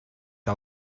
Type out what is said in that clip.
que